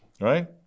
right